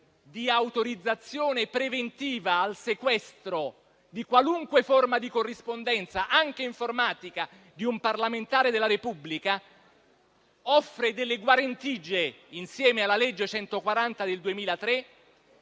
di autorizzazione preventiva al sequestro di qualunque forma di corrispondenza, anche informatica, di un parlamentare della Repubblica, offre delle guarentigie, insieme alla legge n. 140 del 2003,